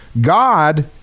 God